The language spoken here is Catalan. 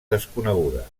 desconeguda